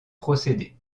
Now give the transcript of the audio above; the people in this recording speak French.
procédé